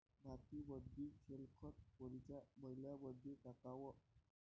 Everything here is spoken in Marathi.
मातीमंदी शेणखत कोनच्या मइन्यामंधी टाकाव?